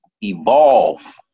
evolve